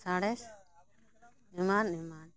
ᱥᱟᱬᱮᱥ ᱮᱢᱟᱱ ᱮᱢᱟᱱ